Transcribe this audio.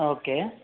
okay